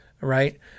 right